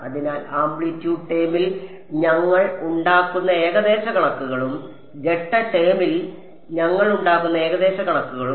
അതിനാൽ ആംപ്ലിറ്റ്യൂഡ് ടേമിൽ ഞങ്ങൾ ഉണ്ടാക്കുന്ന ഏകദേശ കണക്കുകളും ഘട്ട ടേമിൽ ഞങ്ങൾ ഉണ്ടാക്കുന്ന ഏകദേശ കണക്കുകളും